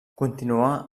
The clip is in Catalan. continuà